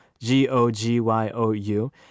G-O-G-Y-O-U